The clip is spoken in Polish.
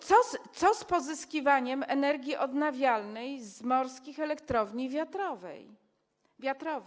Co z pozyskiwaniem energii odnawialnej z morskich elektrowni wiatrowych?